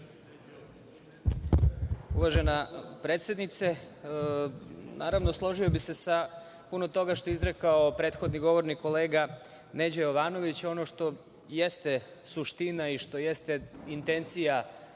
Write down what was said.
Uvažena predsednice, složio bih se sa puno toga što je izrekao prethodni govornik, kolega Neđo Jovanović. Ono što jeste suština i što jeste intencija